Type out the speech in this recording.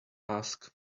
ask